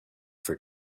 for